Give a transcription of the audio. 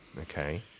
Okay